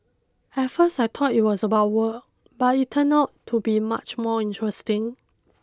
at first I thought it was about work but it turned out to be much more interesting